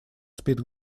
спит